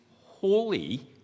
holy